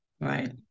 Right